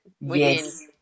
yes